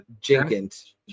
Jenkins